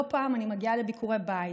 לא פעם אני מגיעה לביקורי בית,